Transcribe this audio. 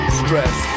stress